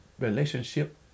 relationship